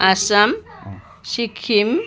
Assam Sikkim